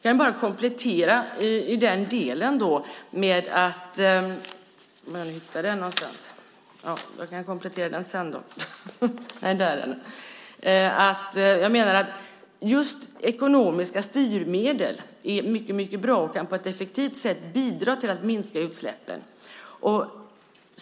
Jag kan komplettera med att ekonomiska styrmedel är mycket bra för att på ett effektivt sätt bidra till att minska utsläppen.